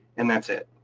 and that's it.